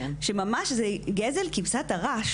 שממש זה גזל כיבסת הרש,